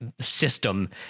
system